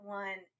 one